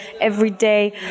everyday